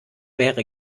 wäre